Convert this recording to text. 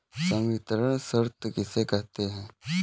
संवितरण शर्त किसे कहते हैं?